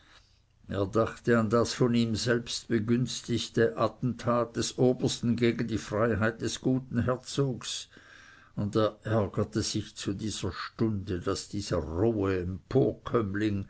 er dachte an das von ihm selbst begünstigte attentat des obersten gegen die freiheit des guten herzogs und er ärgerte sich zu dieser stunde daß dieser rohe